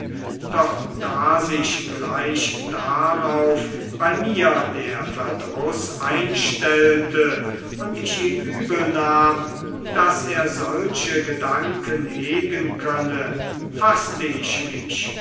doch da sich gleich darauf bei mir der verdruß einstellte und ich ihm übelnahm daß er solche gedanken hegen könne faßte ich mich